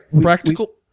Practical